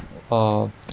err